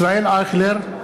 ישראל אייכלר,